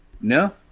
No